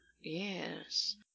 Yes